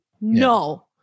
No